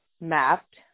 mapped